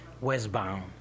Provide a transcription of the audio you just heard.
westbound